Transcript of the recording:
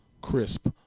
crisp